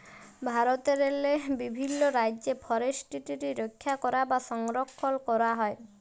ভারতেরলে বিভিল্ল রাজ্যে ফরেসটিরি রখ্যা ক্যরা বা সংরখ্খল ক্যরা হয়